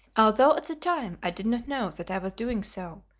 although at the time i did not know that i was doing so,